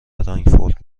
فرانکفورت